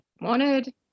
wanted